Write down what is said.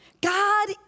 God